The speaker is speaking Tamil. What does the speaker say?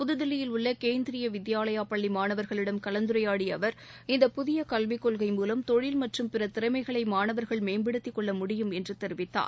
புதுதில்லியில் உள்ள கேந்திரீய வித்யாலயா பள்ளி மாணவர்களிடம் கலந்துரையாடிய அவர் இந்தப் புதிய கல்விக் கொள்கை மூவம் தொழில் மற்றும் பிற திறமைகளை மாணவர்கள் மேம்படுத்திக் கொள்ள முடியும் என்று தெரிவித்தார்